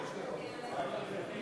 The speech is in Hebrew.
מוותרת.